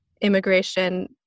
immigration